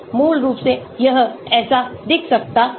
मूल रूप से यह ऐसा दिख सकता है